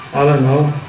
i don't know